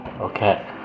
okay